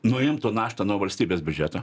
nuimtų naštą nuo valstybės biudžeto